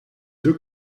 deux